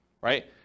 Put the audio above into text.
right